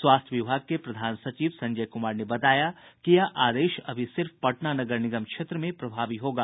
स्वास्थ्य विभाग के प्रधान सचिव संजय कुमार ने बताया कि यह आदेश अभी सिर्फ पटना नगर निगम क्षेत्र में प्रभावी होगा